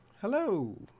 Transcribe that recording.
hello